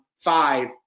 five